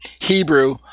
Hebrew